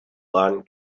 one